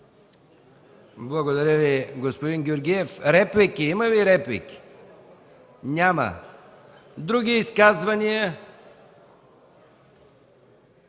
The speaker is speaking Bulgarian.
Благодаря Ви, господин Георгиев. Има ли реплики? Няма. Други изказвания?